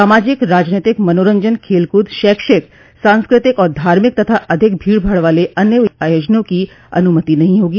सामाजिक राजनीतिक मनोरंजन खेलकूद शैक्षिक सांस्कृतिक और धार्मिक तथा अधिक भीड़ भाड़ वाले अन्य आयोजनों की अनुमति नहीं होगी